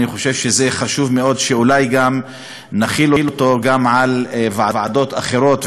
אני חושב שזה חשוב מאוד שאולי גם נחיל אותו על ועדות אחרות,